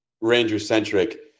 Ranger-centric